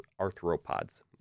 arthropods